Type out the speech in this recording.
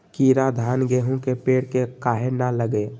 कीरा धान, गेहूं के पेड़ में काहे न लगे?